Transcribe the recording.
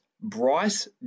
Bryce